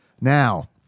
Now